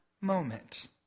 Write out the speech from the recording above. moment